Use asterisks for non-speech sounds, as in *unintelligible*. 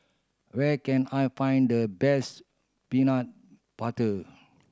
where can I find the best peanut *unintelligible*